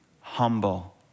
humble